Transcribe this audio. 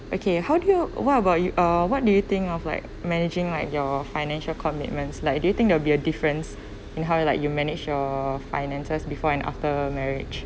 okay how do you what about you uh what do you think of like managing like your financial commitments like do you think there will be a difference in how you like manage your finances before and after marriage